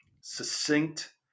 succinct